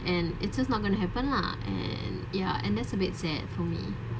and it's just not going to happen lah and ya and that's a bit sad for me